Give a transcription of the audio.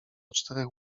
czterech